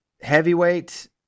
Heavyweight